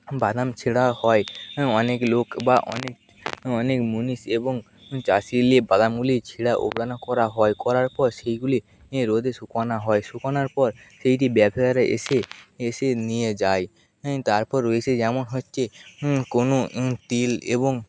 বাদাম ছেঁড়া হয় হ্যাঁ অনেক লোক বা অনেক অনেক মনীষ এবং চাষি নিয়ে বাদামগুলি ছিঁড়া উপড়ানো করা হয় করার পর সেইগুলি ইঁ রোদে শুকোনা হয় শুকোনার পর সেইটি ব্যবসাদাররা এসে এসে নিয়ে যায় তারপর রয়েছে যেমন হচ্ছে কোনও তিল এবং